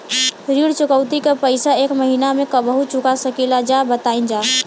ऋण चुकौती के पैसा एक महिना मे कबहू चुका सकीला जा बताईन जा?